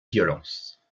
violence